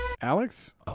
Alex